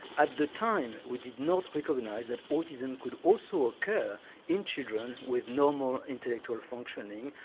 at the time we did not recognise that autism could also occur in children with normal intellectual functioning,